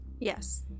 Yes